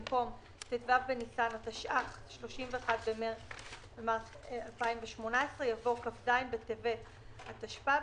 במקום "ט"ו בניסן התשע"ח (31 במרס 2018)" יבוא " כ"ז בטבת התשפ"ג